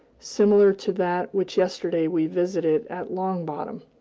similar to that which yesterday we visited at long bottom.